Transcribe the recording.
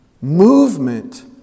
movement